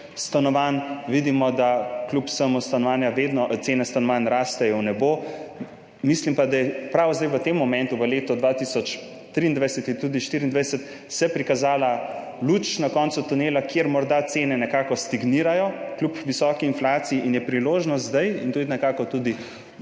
Vidimo, da kljub vsemu cene stanovanj rastejo v nebo. Mislim pa, da se je prav zdaj v tem momentu, v letu 2023 in tudi v 2024, prikazala luč na koncu tunela, kjer morda cene nekako stagnirajo, kljub visoki inflaciji, in je zdaj priložnost, to je nekako tudi